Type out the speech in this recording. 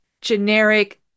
generic